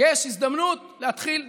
יש הזדמנות להתחיל לתקן.